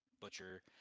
butcher